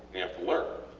we have to learn.